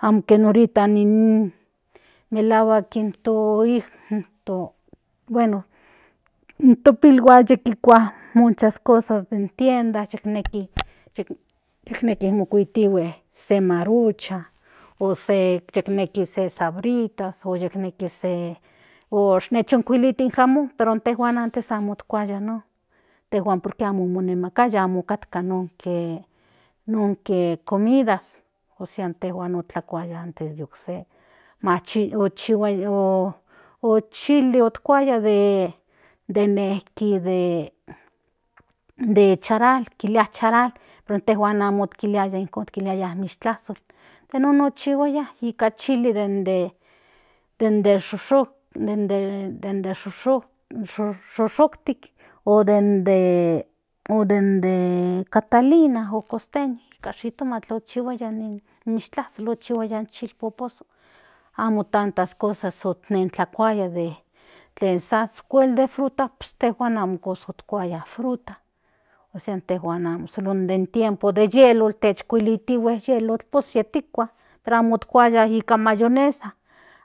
Aunque in ahorita melahuak in in to bueno in to pilhuan cahi kikua nochi cosas den tienda yikneki mokuitihue se marucha o se yekneki se sabrita o yekneki onechinkuilite jamon pero antes amo otkuaya non tejuan por que amo monemakaya amo otkatka nonke comidas ósea intejua otlakuaya den okse o chili otkuaya den nejki de charal kilia charal intejuan amo kilaya ijkon kiliaya ishkuashol nikan chili de shushuktik den de shushuktik o den de catalina nika jitomatl okchihuaya nin in ishtlashol ikchihuaya in ishpoposhol amo tantas cosas onentlakuaya de tlen a okuel de fruta intejuan amo kosa otkuaya fruta ósea intejuan amo solo den tiempo de telotl techkuilitihue yelotl oues yitikua pero amo otkuaya nika mayonesa